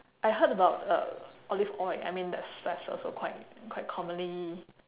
I heard about uh olive oil I mean that's that's also quite quite commonly